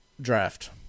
draft